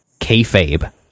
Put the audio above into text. kayfabe